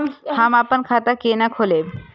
हम आपन खाता केना खोलेबे?